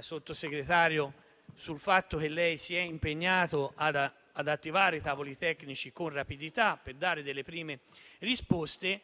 Sottosegretario, sul fatto che lei si è impegnato ad attivare i tavoli tecnici con rapidità per dare delle prime risposte.